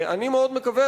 אני מאוד מקווה,